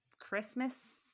Christmas